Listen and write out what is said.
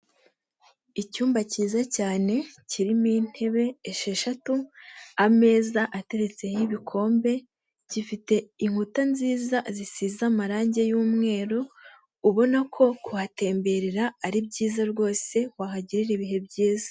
Icyumba cyiza cyane kirimo intebe esheshatu, ameza ateretseho ibikombe, gifite inkuta nziza zisize amarange y'umweru ubona ko kuhatemberera ari byiza rwose wahagirira ibihe byiza.